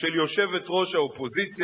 של יושבת-ראש האופוזיציה,